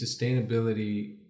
Sustainability